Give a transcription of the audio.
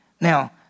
Now